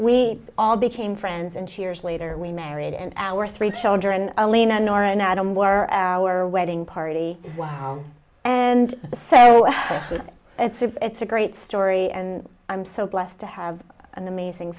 we all became friends and two years later we married and our three children alina nor an adam were at our wedding party and the so it's a it's a great story and i'm so blessed to have an amazing